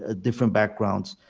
ah different backgrounds,